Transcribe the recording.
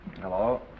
Hello